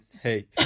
Hey